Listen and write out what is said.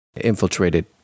infiltrated